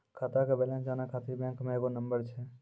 खाता के बैलेंस जानै ख़ातिर बैंक मे एगो नंबर छै?